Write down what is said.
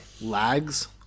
lags